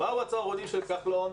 באו הצהרונים של כחלון,